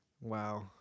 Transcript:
Wow